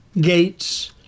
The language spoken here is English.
gates